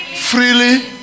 freely